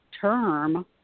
term